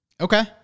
Okay